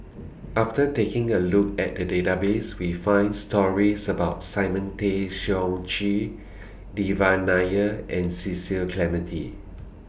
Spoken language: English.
after taking A Look At The Database We found stories about Simon Tay Seong Chee Devan Nair and Cecil Clementi